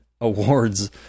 awards